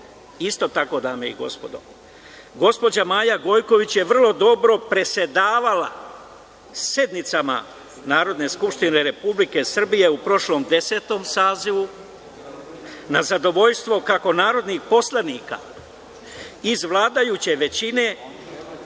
isto tako dame i gospodo, gospođa Maja Gojković je vrlo dobro predsedavala sednicama Narodne skupštine Republike Srbije u prošlom desetom sazivu na zadovoljstvo kako narodnih poslanika iz vladajuće većine,